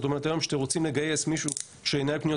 זאת אומרת היום כשרוצים לגייס מישהו שינהל פניות